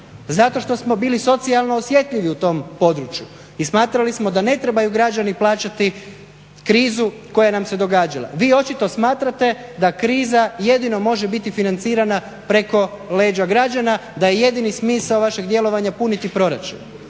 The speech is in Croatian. zato što smo bili socijalno osjetljivi u tom području i smatrali smo da ne trebaju građani plaćati krizu koja nam se događa. Vi očito smatrate da kriza jedino može biti financirana preko leđa građana, da je jedini smisao vašeg djelovanja puniti proračun.